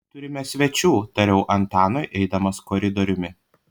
turime svečių tariau antanui eidamas koridoriumi